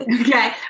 Okay